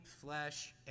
flesh